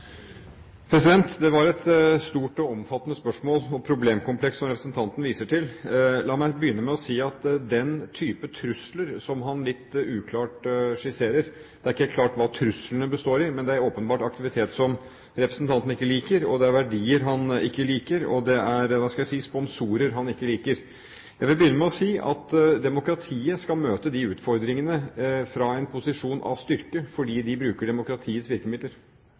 Det var et stort og omfattende spørsmål og problemkompleks som representanten viser til. Det er en type trusler som han litt uklart skisserer. Det er ikke klart hva truslene består i, men det er åpenbart aktivitet som representanten ikke liker, det er verdier han ikke liker, og det er – skal jeg si – sponsorer han ikke liker. Jeg vil begynne med å si at demokratiet skal møte de utfordringene fra en posisjon av styrke, fordi man bruker demokratiets virkemidler.